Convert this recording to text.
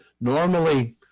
Normally